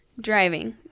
driving